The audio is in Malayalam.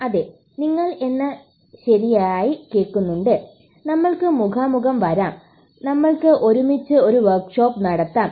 അതെ നിങ്ങൾ എന്നെ ശരിയായി കേട്ടിട്ടുണ്ട് നമ്മൾക്ക് മുഖാമുഖം വരാം നമ്മൾക്ക് ഒരുമിച്ച് ഒരു വർക്ക് ഷോപ്പ് നടത്താം